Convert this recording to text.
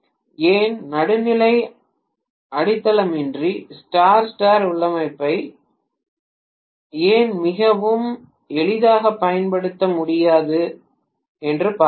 ஏன் நடுநிலை அடித்தளமின்றி ஸ்டார் ஸ்டார் உள்ளமைவை ஏன் மிகவும் எளிதாகப் பயன்படுத்த முடியாது என்று பார்ப்போம்